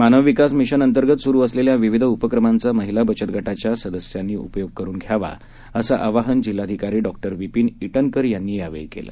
मानव विकास मिशन अंतर्गत सरू असलेल्या विविध उपक्रमांचा महिला बचत गटांच्या सदस्यांनी उपयोग करून घ्यावा असं आवाहन जिल्हाधिकारी डॉ विपिन ईटनकर यांनी यावेळी केलं